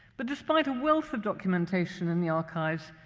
but despite a wealth of documentation in the archives,